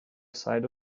side